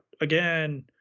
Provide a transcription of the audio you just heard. again